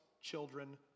children